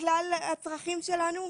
לכלל הצרכים שלנו.